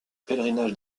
pèlerinage